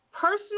Personal